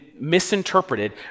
misinterpreted